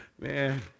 man